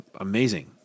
amazing